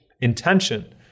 intention